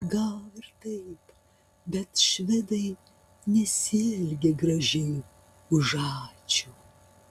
gal ir taip bet švedai nesielgia gražiai už ačiū